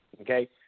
Okay